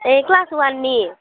A class वाननि